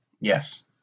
Yes